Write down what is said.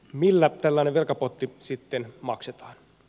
millä tällainen velkapotti sitten maksetaan